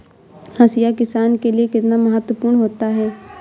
हाशिया किसान के लिए कितना महत्वपूर्ण होता है?